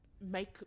make